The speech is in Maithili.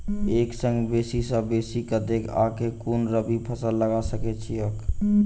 एक संगे बेसी सऽ बेसी कतेक आ केँ कुन रबी फसल लगा सकै छियैक?